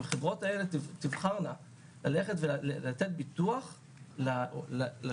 אם החברות האלה תבחרנה לתת ביטוח לשליחים,